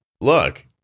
look